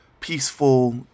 Peaceful